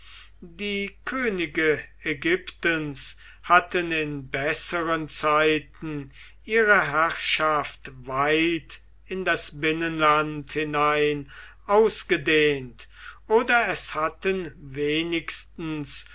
die könige ägyptens hatten in besseren zeiten ihre herrschaft weit in das binnenland hinein ausgedehnt oder es hatten wenigstens